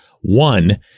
One